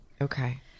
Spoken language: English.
Okay